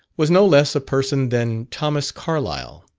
was no less a person than thomas carlyle.